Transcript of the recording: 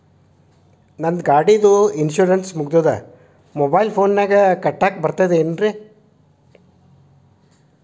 ನಂದ್ ಗಾಡಿದು ಇನ್ಶೂರೆನ್ಸ್ ಮುಗಿದದ ಮೊಬೈಲ್ ಫೋನಿನಾಗ್ ಕಟ್ಟಾಕ್ ಬರ್ತದ ಹೇಳ್ರಿ ಸಾರ್?